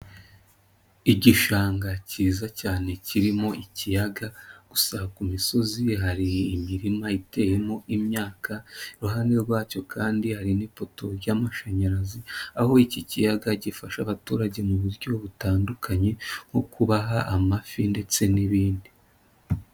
Igishanga cyiza cyane kirimo ikiyaga, gusa ku misozi hari imirima iteyemo imyaka, iruhande rwacyo kandi hari n'ipoto y'amashanyarazi. Aho iki kiyaga gifasha abaturage mu buryo butandukanye nko kubaha amafi ndetse n'ibindi.